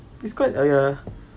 it's quite ah ya